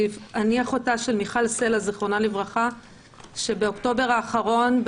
אני אחותה של מיכל סלע זיכרונה לברכה שבאוקטובר האחרון,